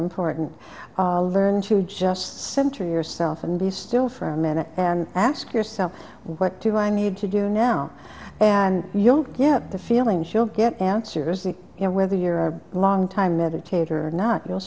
center yourself and be still for a minute and ask yourself what do i need to do now and you'll get the feeling she'll get answers and you know whether you're a long time meditate or not you'll